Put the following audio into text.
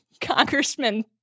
Congressman